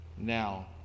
Now